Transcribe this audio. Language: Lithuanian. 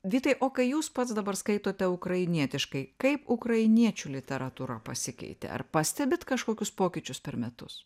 vytai o kai jūs pats dabar skaitote ukrainietiškai kaip ukrainiečių literatūra pasikeitė ar pastebit kažkokius pokyčius per metus